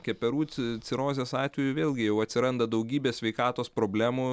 keperų ci cirozės atveju vėlgi jau atsiranda daugybė sveikatos problemų